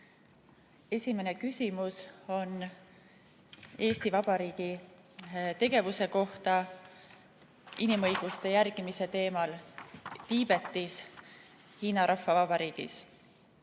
teemal. Esimene küsimus on Eesti Vabariigi tegevuse kohta inimõiguste järgimise teemal Tiibetis, Hiina Rahvavabariigis.